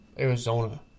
arizona